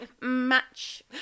Match